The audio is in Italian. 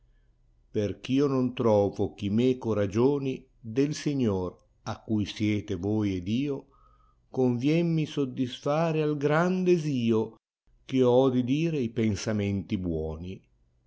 p ercemo non trovo chi meco ragioni del signor a cui siete voi ed io conviemmi soddisfare al gran desio chio ho di dire i pensamenti buoni